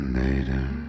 later